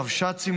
הרבש"צים,